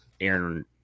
aaron